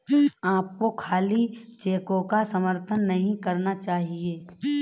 आपको खाली चेकों का समर्थन नहीं करना चाहिए